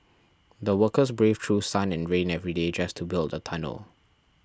the workers braved through sun and rain every day just to build the tunnel